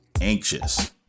anxious